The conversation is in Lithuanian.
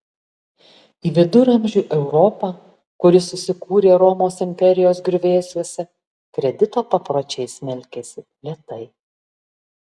į viduramžių europą kuri susikūrė romos imperijos griuvėsiuose kredito papročiai smelkėsi lėtai